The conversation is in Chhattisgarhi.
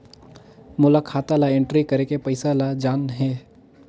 मोला खाता ला एंट्री करेके पइसा ला जान हे?